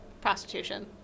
prostitution